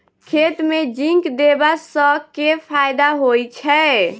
खेत मे जिंक देबा सँ केँ फायदा होइ छैय?